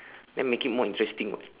then make it more interesting [what]